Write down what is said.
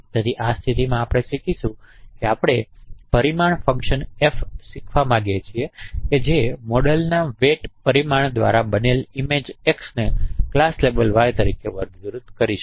તેથી આ સ્થિતિમાં આપણે શીખીશું કે આપણે પરિમાણ ફંક્શન f શીખવા માગીએ જે મોડેલના વેટ પરિમાણો દ્વારા બનેલ ઇમેજ x ને ક્લાસ લેબલ y તરીકે વર્ગીકૃત કરી શકે